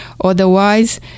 otherwise